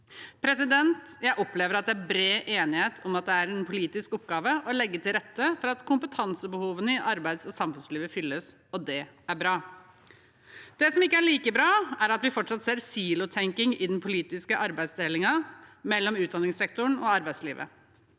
rundt. Jeg opplever at det er bred enighet om at det er en politisk oppgave å legge til rette for at kompetansebehovene i arbeids- og samfunnslivet fylles, og det er bra. Det som ikke er like bra, er at vi fortsatt ser silotenking i den politiske arbeidsdelingen mellom utdanningssektoren og arbeidslivet.